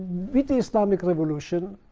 with the islamic revolution,